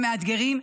הם מאתגרים,